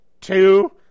two